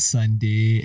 Sunday